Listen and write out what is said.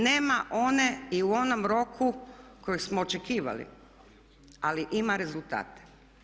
Nema one i u onom roku koji smo očekivali ali ima rezultate.